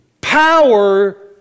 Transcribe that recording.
power